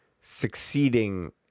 succeeding